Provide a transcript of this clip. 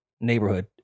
neighborhood